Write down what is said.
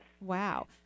Wow